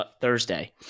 Thursday